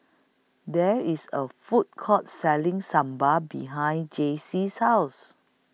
There IS A Food Court Selling Sambar behind Jaycie's House